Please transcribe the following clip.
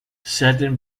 satin